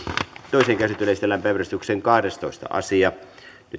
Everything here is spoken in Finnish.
toiseen käsittelyyn esitellään päiväjärjestyksen yhdestoista asia nyt